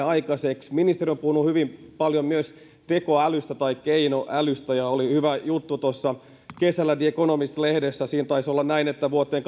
aikaiseksi ministeri on puhunut hyvin paljon myös tekoälystä keinoälystä ja tästä oli hyvä juttu tuossa kesällä the economist lehdessä siinä taisi olla näin että vuoteen